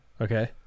Okay